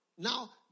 Now